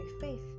faith